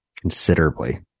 considerably